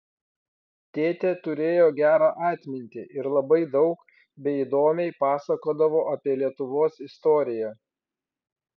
tėtė turėjo gerą atmintį ir labai daug bei įdomiai pasakodavo apie lietuvos istoriją